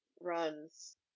runs